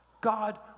God